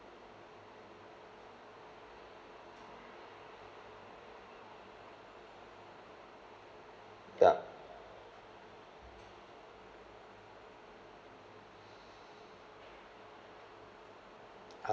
yup